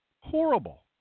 horrible